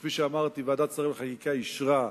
שכפי שאמרתי ועדת שרים לחקיקה אישרה,